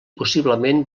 possiblement